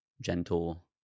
gentle